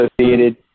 associated